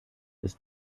ist